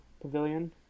Pavilion